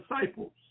disciples